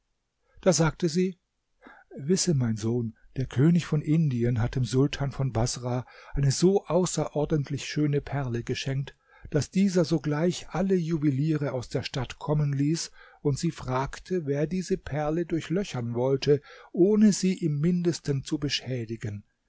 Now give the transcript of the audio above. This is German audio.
da sagte sie wisse mein sohn der könig von indien hat dem sultan von baßrah eine so außerordentlich schöne perle geschenkt daß dieser sogleich alle juweliere aus der stadt kommen ließ und sie fragte wer diese perle durchlöchern wollte ohne sie im mindesten zu beschädigen